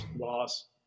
Loss